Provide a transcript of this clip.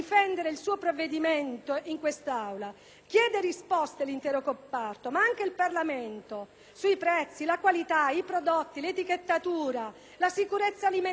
provvedimento in quest'Aula; chieda risposte all'intero comparto, ma anche al Parlamento, sui prezzi, la qualità, i prodotti, l'etichettatura, la sicurezza alimentare.